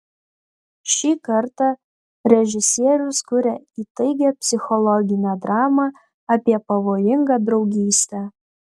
šį kartą režisierius kuria įtaigią psichologinę dramą apie pavojingą draugystę